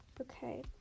Okay